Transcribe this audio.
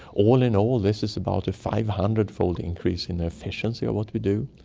all in all this is about a five hundred fold increase in efficiency of what we do.